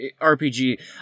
RPG